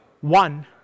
One